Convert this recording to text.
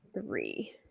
three